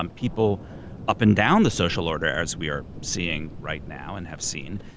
um people up and down the social order as we are seeing right now, and have seen,